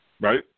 right